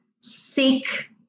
sick